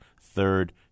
third